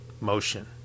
Motion